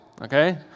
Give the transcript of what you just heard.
Okay